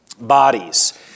bodies